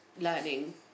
learning